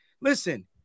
Listen